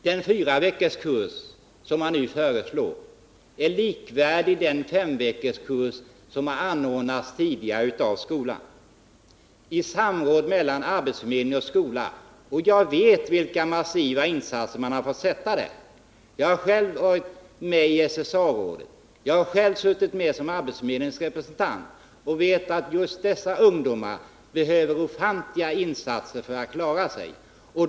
Den 4-veckorskurs man nu föreslår är likvärdig med den 5-veckorskurs som anordnats tidigare i samråd mellan arbetsförmedlingen och skolan. Jag vet vilka massiva insatser man fått göra. Jag har själv varit med i SSA-rådet, jag har själv suttit med som arbetsförmedlingens representant och vet att just dessa ungdomar behöver ofantliga insatser för att klara sig.